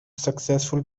successful